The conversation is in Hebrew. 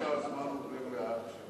איך שהזמן עובר לאט,